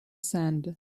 sand